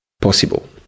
possible